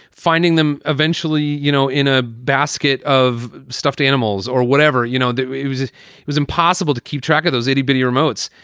finding them. eventually, you know, in a basket of stuffed animals or whatever, you know, it was it was impossible to keep track of those itty bitty remotes.